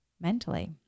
mentally